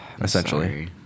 essentially